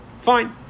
fine